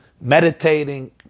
meditating